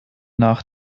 nach